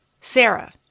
Sarah